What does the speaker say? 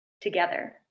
together